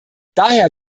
daher